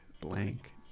Blank